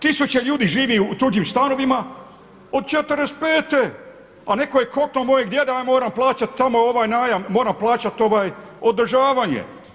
Tisuće ljudi živi u tuđim stanovima od '45. a neko je koknuo mog djeda ja moram plaćati tamo ovaj najam, moram plaćati održavanje.